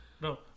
No